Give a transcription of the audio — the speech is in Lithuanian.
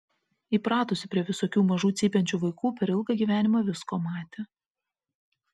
įpratusi prie visokių mažų cypiančių vaikų per ilgą gyvenimą visko matė